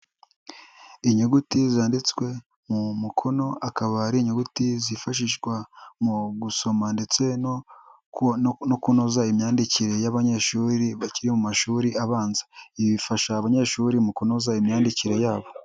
Inyuguti zanditswe mu mukono akaba ari inyuguti zifashishwa mu gusoma ndetse no kunoza imyandikire y'abanyeshuri bakiri mu mashuri abanza, ibi bifasha abanyeshuri mu kunoza imyandikire yabo.